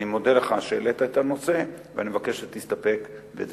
אני מודה לך על שהעלית את הנושא ואני מבקש שתסתפק בדבריך.